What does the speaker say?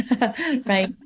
right